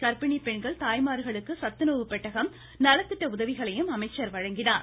காப்பிணி பெண்கள் தாய்மார்களுக்கு சத்துணவு பெட்டகம் நலத்திட்ட உதவிகளையும் அமைச்சர் வழங்கினார்